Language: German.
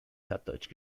plattdeutsch